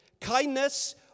kindness